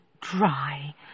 dry